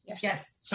yes